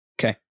Okay